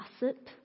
gossip